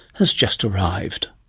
has just arrived.